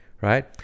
right